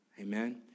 Amen